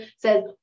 says